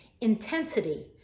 Intensity